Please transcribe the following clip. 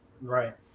Right